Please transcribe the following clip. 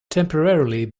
temporarily